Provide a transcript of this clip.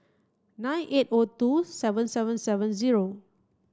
nine eight O two seven seven seven zero